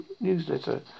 newsletter